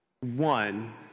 One